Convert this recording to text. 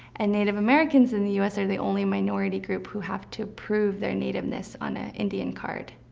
and native americans in the u s. are the only minority group who have to prove their nativeness on an indian card.